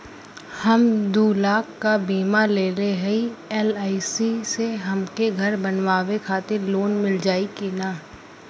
हम दूलाख क बीमा लेले हई एल.आई.सी से हमके घर बनवावे खातिर लोन मिल जाई कि ना?